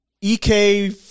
EK